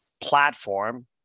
platform